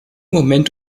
moment